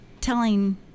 telling